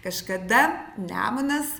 kažkada nemunas